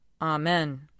Amen